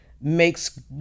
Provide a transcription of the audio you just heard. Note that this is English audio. makes